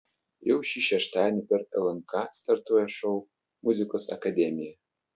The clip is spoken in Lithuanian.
jau šį šeštadienį per lnk startuoja šou muzikos akademija